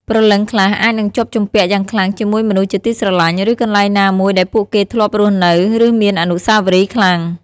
ព្រលឹងខ្លះអាចនឹងជាប់ជំពាក់យ៉ាងខ្លាំងជាមួយមនុស្សជាទីស្រឡាញ់ ឬកន្លែងណាមួយដែលពួកគេធ្លាប់រស់នៅ ឬមានអនុស្សាវរីយ៍ខ្លាំង។